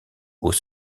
aux